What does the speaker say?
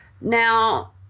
Now